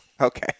Okay